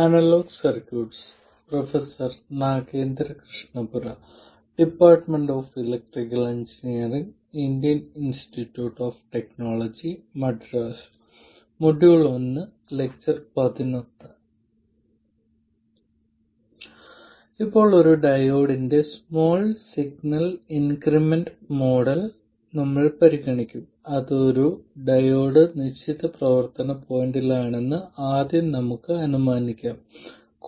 ഒരു സർക്യൂട്ടിൽ ഒരു നോൺ ലീനിയർ ടു പോർട്ട് നേരിടുമ്പോൾ നമ്മൾ ചെയ്യുന്നത് ഇനിപ്പറയുന്നതാണ് ആദ്യം നമ്മൾ ഏതെങ്കിലും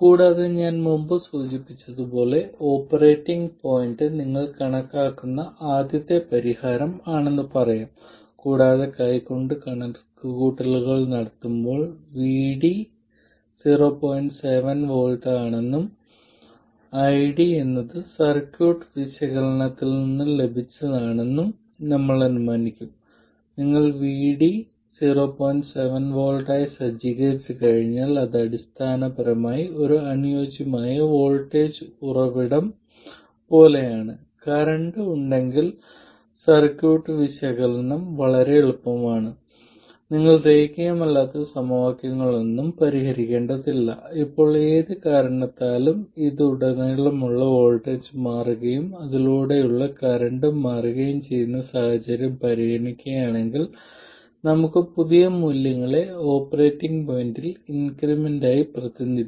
നോൺലീനിയർ സമവാക്യം പരിഹരിക്കുന്നതിനുള്ള സാധാരണ വേദനാജനകമായ രീതിയിൽ ഓപ്പറേറ്റിംഗ് പോയിന്റ് നേടുന്നു